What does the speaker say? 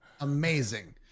amazing